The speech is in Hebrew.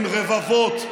עם רבבות,